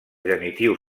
genitiu